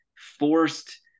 forced